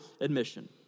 admission